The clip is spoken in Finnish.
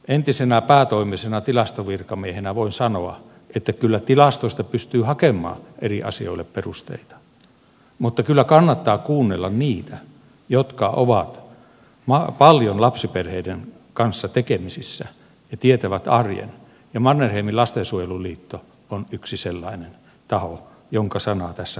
entisenä päätoimisena tilastovirkamiehenä voin sanoa että kyllä tilastoista pystyy hakemaan eri asioille perusteita mutta kyllä kannattaa kuunnella niitä jotka ovat paljon lapsiperheiden kanssa tekemisissä ja tietävät arjen ja mannerheimin lastensuojeluliitto on yksi sellainen taho jonka sanaa tässä kannattaa kuunnella